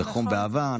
בחום ובאהבה.